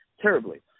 terribly